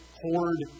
hoard